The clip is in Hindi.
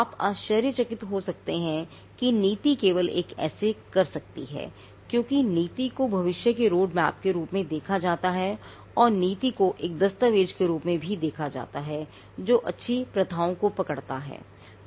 आप आश्चर्यचकित हो सकते हैं कि नीति केवल ऐसा कैसे कर सकती है क्योंकि नीति को भविष्य के रोड मैप के रूप में देखा जाता है और नीति को एक दस्तावेज के रूप में भी देखा जाता है जो अच्छी प्रथाओं को पकड़ता है